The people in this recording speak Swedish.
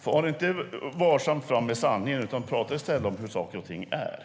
Far inte ovarsamt fram med sanningen, utan prata i stället om hur saker och ting är!